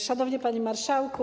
Szanowny Panie Marszałku!